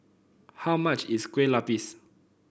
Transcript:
how much is Kueh Lupis